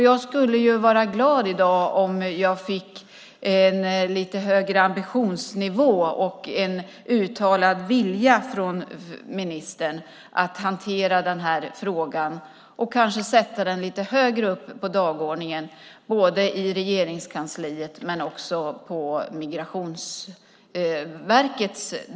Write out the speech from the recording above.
Jag skulle vara glad om jag i dag fick höra att det finns en högre ambitionsnivå och en uttalad vilja från ministern att hantera den här frågan och sätta den lite högre upp på dagordningen i Regeringskansliet och i Migrationsverket.